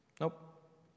Nope